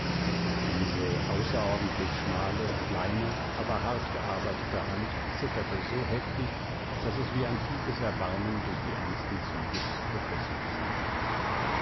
diese außerordentlich schmale kleine aber hartgearbeitete hand zitterte so heftig daß es wie ein tiefes erbarmen durch die ernsten züge des professors ging